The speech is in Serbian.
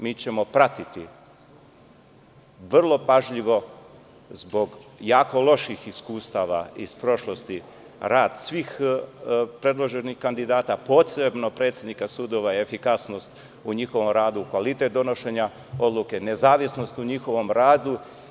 Mi ćemo pratiti vrlo pažljivo zbog jako loših iskustava iz prošlosti rad svih predloženih kandidata, posebno predsednika sudova, efikasnost u njihovom radu, kvalitet donošenja odluke, nezavisnost u njihovom radu.